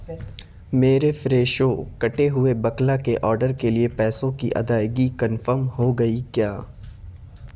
میرے فریشو کٹے ہوے بکلا کے آرڈر کے لیے پیسوں کی ادائیگی کنفرم ہو گئی کیا